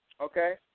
Okay